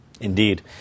Indeed